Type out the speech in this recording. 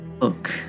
Look